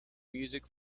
music